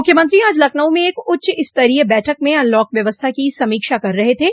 मुख्यमंत्री आज लखनऊ में एक उच्चस्तरीय बैठक में अनलॉक व्यवस्था की समीक्षा कर रहे थे